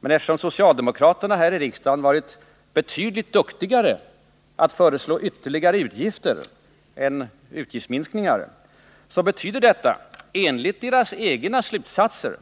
Men eftersom socialdemokraterna här i riksdagen har varit betydligt duktigare på att föreslå ytterligare utgifter än utgiftsminskningar, så skulle vi i dag, enligt deras egna slutsatser,